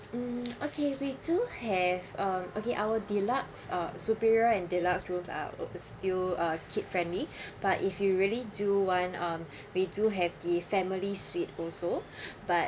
mm okay we do have uh okay our deluxe uh superior and deluxe rooms are still uh kid friendly but if you really do want um we do have the family suite also but